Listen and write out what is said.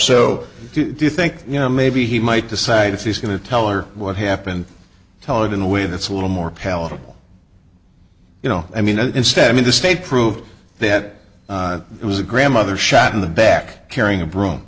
so do you think you know maybe he might decide if he's going to tell her what happened tell it in a way that's a little more palatable you know i mean it instead i mean the state proved that it was a grandmother shot in the back carrying a broom